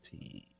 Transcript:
team